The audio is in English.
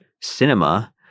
cinema